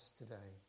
today